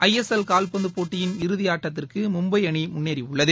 ஐ S L கால்பந்துபோட்டியின் இறுதிஆட்டத்திற்குமும்பைஅணிமுன்னேறியுள்ளது